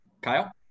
Kyle